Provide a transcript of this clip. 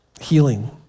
healing